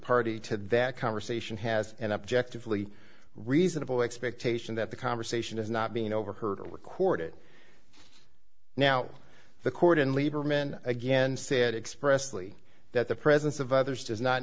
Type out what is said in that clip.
party to that conversation has an objective lee reasonable expectation that the conversation is not being overheard recorded now the court and lieberman again said expressively that the presence of others does not